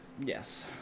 Yes